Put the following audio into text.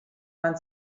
man